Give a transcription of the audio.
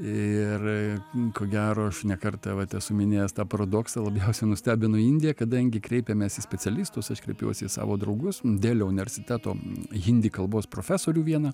ir ko gero aš ne kartą vat esu minėjęs tą paradoksą labiausia nustebino indija kadangi kreipėmės į specialistus aš kreipiausi į savo draugus delio universiteto hindi kalbos profesorių vieną